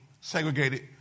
segregated